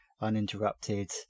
uninterrupted